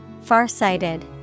Farsighted